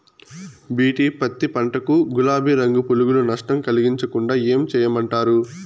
BT పత్తి పంట కు, గులాబీ రంగు పులుగులు నష్టం కలిగించకుండా ఏం చేయమంటారు?